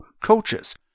Coaches